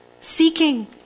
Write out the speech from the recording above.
seeking